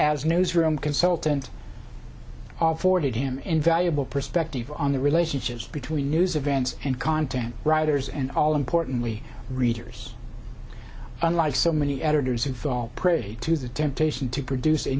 as newsroom consultant forty to him invaluable perspective on the relationship between news events and content writers and all importantly readers unlike so many editors who fall prey to the temptation to produce a